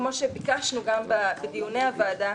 כמו שביקשנו גם בדיוני הוועדה,